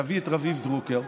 תביא את רביב דרוקר.